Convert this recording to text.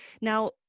now